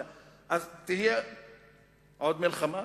אז תהיה עוד מלחמה.